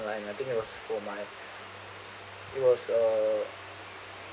online I think it was for my it was uh